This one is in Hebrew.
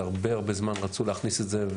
הרבה הרבה זמן רצו להכניס את זה,